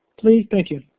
please? thank you.